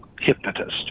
hypnotist